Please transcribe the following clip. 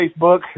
Facebook